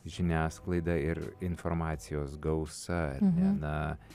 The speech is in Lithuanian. žiniasklaida ir informacijos gausa ar ne na